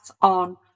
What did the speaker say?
on